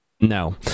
no